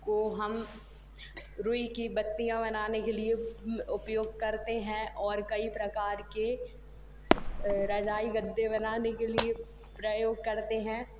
को हम रुई की बत्तियाँ बनाने के लिए उपयोग करते हैं और कई प्रकार के रजाई गद्दे बनाने के लिए प्रयोग करते हैं